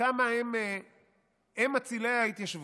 כמה הם מצילי ההתיישבות,